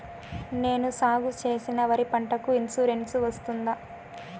నేను సాగు చేసిన వరి పంటకు ఇన్సూరెన్సు వస్తుందా?